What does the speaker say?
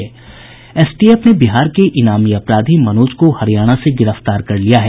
STF ने बिहार के इनामी अपराधी मनोज को हरियाणा से गिरफ्तार कर लिया है